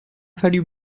fallu